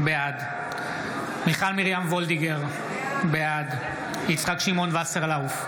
בעד מיכל מרים וולדיגר, בעד יצחק שמעון וסרלאוף,